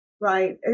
right